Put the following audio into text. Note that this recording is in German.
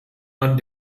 man